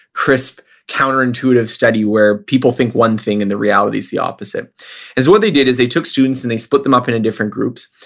crisp counterintuitive study where people think one thing and the reality's the opposite what they did is they took students and they split them up into different groups.